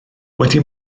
wedi